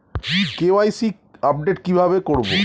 KYC update কি ভাবে করবো?